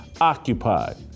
occupied